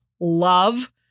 love